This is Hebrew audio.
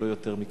אם לא יותר מכך.